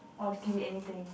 or j~ can be anything